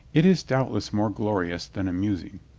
it is doubtless more glorious than amusing.